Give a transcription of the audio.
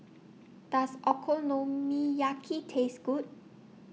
Does Okonomiyaki Taste Good